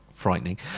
Frightening